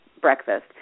breakfast